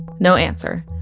no answer.